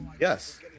Yes